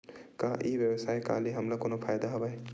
का ई व्यवसाय का ले हमला कोनो फ़ायदा हवय?